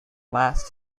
last